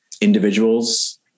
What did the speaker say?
individuals